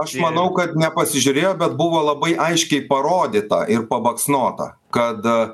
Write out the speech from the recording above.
aš manau kad ne pasižiūrėjo bet buvo labai aiškiai parodyta ir pabaksnota kad